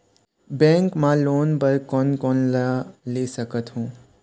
Bank मा loan बर कोन कोन ले सकथों?